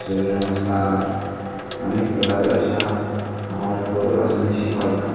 सूर्यनमस्कार अनेक प्रकारे अशा आम्हाला तो योगासने शिकवायचा